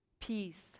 Peace